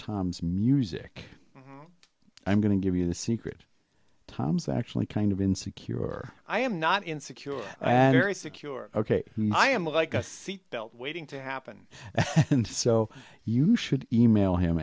tom's music i'm going to give you the secret tom's actually kind of insecure i am not in secure and very secure ok i am like a seatbelt waiting to happen and so you should email him